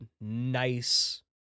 nice